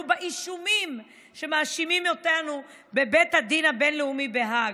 באישומים שמאשימים אותנו בבית הדין הבין-לאומי בהאג,